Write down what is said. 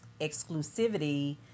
exclusivity